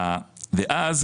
אז,